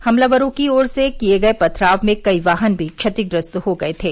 हमलावरों की ओर से किए गए पथराव में कई वाहन भी क्षतिग्रस्त हो गए थे